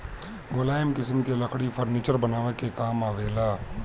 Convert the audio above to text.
मुलायम किसिम के लकड़ी फर्नीचर बनावे के काम आवेला